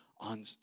on